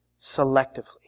selectively